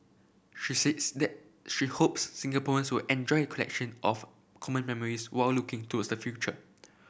she says that she hopes Singaporeans will enjoy collection of common memories while looking towards the future